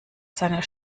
seiner